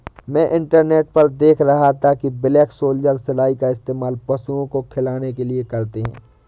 मैं इंटरनेट पर देख रहा था कि ब्लैक सोल्जर सिलाई का इस्तेमाल पशुओं को खिलाने के लिए करते हैं